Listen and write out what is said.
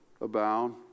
abound